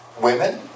women